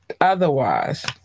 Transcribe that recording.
otherwise